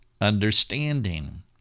understanding